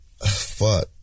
Fuck